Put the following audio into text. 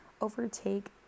overtake